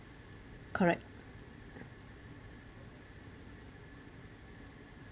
correct